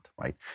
right